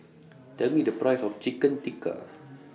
Tell Me The Price of Chicken Tikka